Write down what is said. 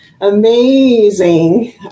amazing